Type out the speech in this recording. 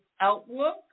outlook